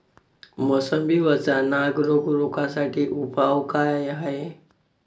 मोसंबी वरचा नाग रोग रोखा साठी उपाव का हाये?